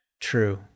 true